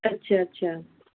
ਅੱਛਾ ਅੱਛਾ